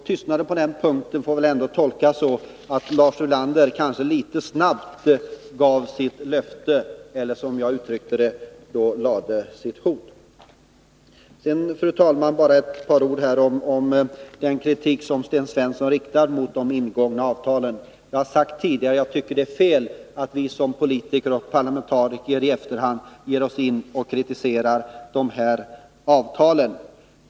Tystnaden på den punkten får väl ändå tolkas så, att Lars Ulander kanske litet för snabbt gav sitt löfte eller, som jag uttryckte det, lade sitt hot. Sedan, fru talman, bara några ord om den kritik som Sten Svensson riktar mot de ingångna avtalen. Jag har sagt tidigare att jag tycker att det är fel att vi såsom politiker och parlamentariker i efterhand ger oss in på att kritisera dessa avtal.